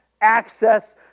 access